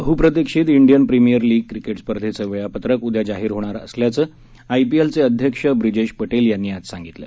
बहप्रतीक्षित Indian premier league cricket स्पर्धेचं वेळापत्रक उद्या जाहीर होणार असल्याचं आय पी एल चे अध्यक्ष ब्रिजेश पटेल यांनी आज सांगितलं